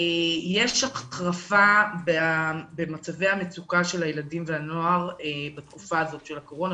יש החרפה במצבי המצוקה של הילדים והנוער בתקופה הזאת של הקורונה,